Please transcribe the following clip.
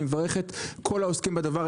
אני מברך את כל העוסקים בדבר,